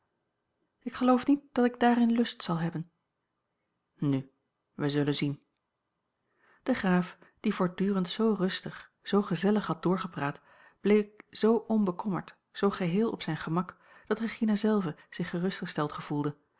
ik geloof niet dat ik daarin lust zal hebben nu wij zullen zien de graaf die voortdurend zoo rustig zoo gezellig had doorgepraat bleek zoo onbekommerd zoo geheel op zijn gemak dat regina zelve zich gerustgesteld gevoelde